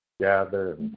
gather